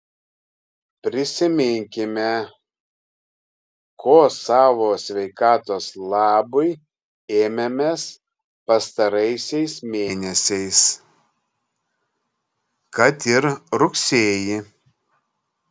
prisiminkime ko savo sveikatos labui ėmėmės pastaraisiais mėnesiais kad ir rugsėjį